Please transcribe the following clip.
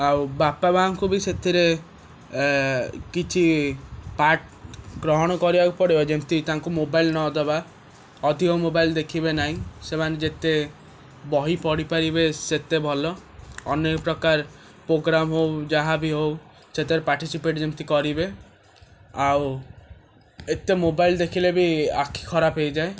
ଆଉ ବାପା ମାଁଙ୍କୁ ବି ସେଥିରେ ଏ କିଛି ପାର୍ଟ ଗ୍ରହଣ କରିବାକୁ ପଡ଼ିବ ଯେମିତି ତାଙ୍କୁ ମୋବାଇଲ ନ ଦବା ଅଧିକ ମୋବାଇଲ ଦେଖିବେ ନାହିଁ ସେମାନେ ଯେତେ ବହି ପଢ଼ିପାରିବେ ସେତେ ଭଲ ଅନେକ ପ୍ରକାର ପ୍ରୋଗ୍ରାମ ହଉ ଯାହାବି ହଉ ସେଥିରେ ପାର୍ଟିସିପେଟ ଯେମିତି କରିବେ ଆଉ ଏତେ ମୋବାଇଲ ଦେଖିଲେ ବି ଆଖି ଖରାପ ହେଇଯାଏ